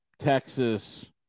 Texas